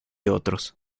otros